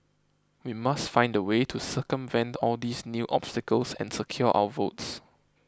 we must find a way to circumvent all these new obstacles and secure our votes